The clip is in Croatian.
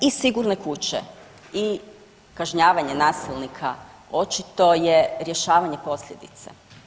I sigurne kuće i kažnjavanje nasilnika očito je rješavanje posljedica.